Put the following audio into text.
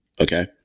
Okay